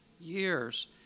years